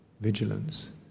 vigilance